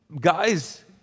guys